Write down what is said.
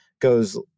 goes